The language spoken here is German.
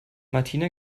martina